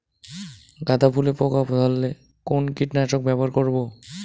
গাদা ফুলে পোকা ধরলে কোন কীটনাশক ব্যবহার করব?